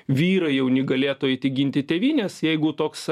vyrai jauni galėtų eiti ginti tėvynės jeigu toks